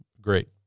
great